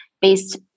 based